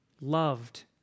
loved